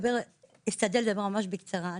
אני אשתדל לדבר ממש בקצרה.